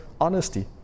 honesty